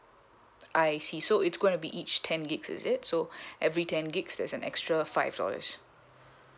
I see so it's going to be each ten gig is it so every ten gig there's an extra five dollars